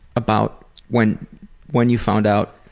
about when when you found out?